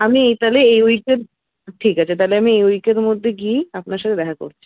আমি তাহলে এই উইকের ঠিক আছে তাহলে আমি এই উইকের মধ্যে গিয়েই আপনার সাথে দেখা করছি